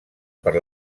per